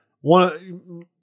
one